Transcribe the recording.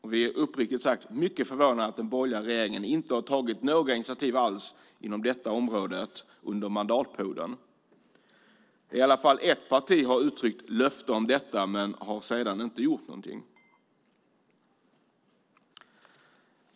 Vi är uppriktigt sagt mycket förvånade att den borgerliga regeringen inte har tagit några initiativ alls inom detta område under mandatperioden. Åtminstone ett parti har uttryckt löfte om detta men har sedan inte gjort någonting.